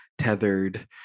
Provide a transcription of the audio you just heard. tethered